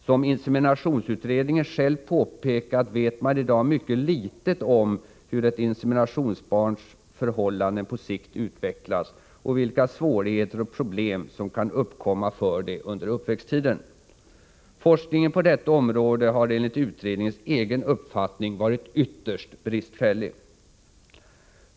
Som inseminationsutredningen själv påpekat vet man i dag mycket litet om hur ett inseminationsbarns förhållanden på sikt utvecklas och vilka svårigheter och problem som kan uppkomma för det under uppväxttiden. Forskningen på detta område har enligt utredningens egen uppfattning varit ytterst bristfällig.